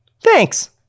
thanks